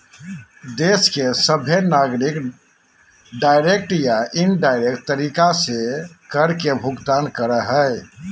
देश के सभहे नागरिक डायरेक्ट या इनडायरेक्ट तरीका से कर के भुगतान करो हय